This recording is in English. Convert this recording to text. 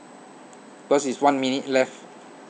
yours is one minute left